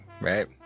right